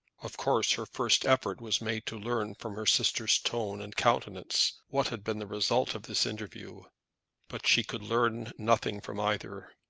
of course her first effort was made to learn from her sister's tone and countenance what had been the result of this interview but she could learn nothing from either.